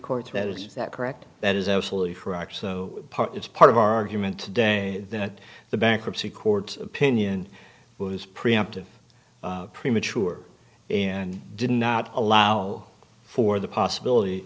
court that is is that correct that is absolutely correct so it's part of our argument today that the bankruptcy court opinion was preemptive premature and did not allow for the possibility